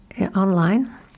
online